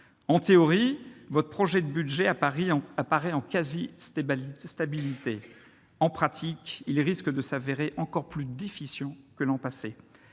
En théorie, votre projet de budget paraît quasi stable ; en pratique, il risque de s'avérer encore plus déficient que l'an passé.